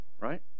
right